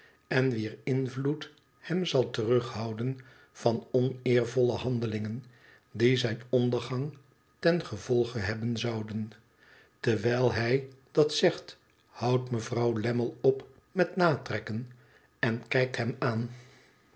en wier invloed hem zal terughouden van oneervolle handelingen die zijn ondergang ten gevolge hebben zouden terwijl hij dat zegt houdt mevrouw lammie op met natrekken en kijkt hem aan